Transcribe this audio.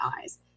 eyes